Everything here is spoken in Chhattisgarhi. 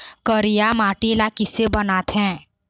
करिया माटी ला किसे बनाथे?